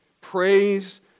Praise